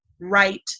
right